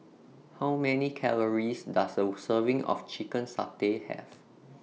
How Many Calories Does A Serving of Chicken Satay Have